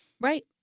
Right